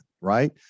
right